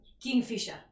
Kingfisher